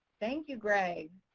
thank you, greg.